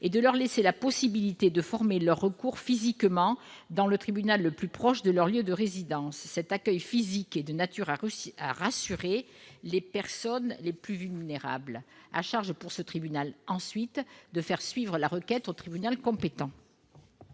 et de leur laisser la possibilité de former leur recours physiquement dans le tribunal le plus proche de leur lieu de résidence. Cet accueil physique est de nature à rassurer les personnes les plus vulnérables, à charge ensuite pour ce tribunal de faire suivre la requête au tribunal compétent.